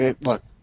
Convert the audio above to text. look